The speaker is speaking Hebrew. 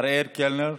אריאל קלנר,